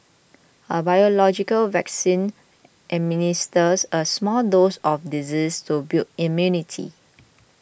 a biological vaccine administers a small dose of the disease to build immunity